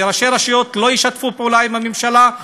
וראשי רשויות לא ישתפו פעולה עם הממשלה,